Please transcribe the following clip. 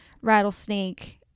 rattlesnake